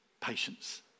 patience